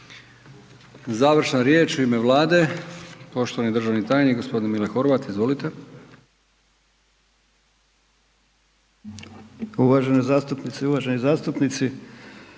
Završna riječ u ime Vlade, poštovani državni tajnik g. Mile Horvat, izvolite. **Horvat, Mile (SDSS)** Uvažene zastupnice